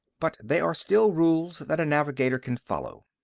but they are still rules that a navigator can follow.